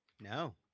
no